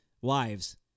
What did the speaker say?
Wives